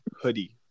hoodie